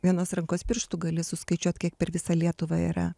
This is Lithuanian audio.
vienos rankos pirštų gali suskaičiuot kiek per visą lietuvą yra